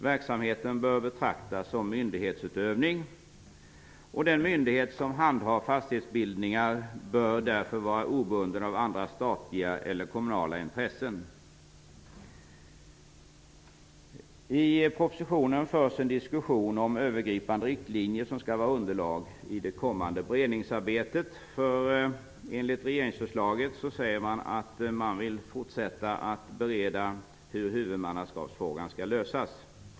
Verksamheten bör betraktas som myndighetsutövning. Den myndighet som handhar fastighetsbildningar bör därför vara obunden av andra statliga eller kommunala intressen. I propositionen förs en diskussion om övergripande riktlinjer som skall vara underlag i det kommande beredningsarbetet. I regeringsförslaget säger man att man vill fortsätta att bereda hur huvudmannaskapsfrågan skall lösas.